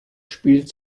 spiel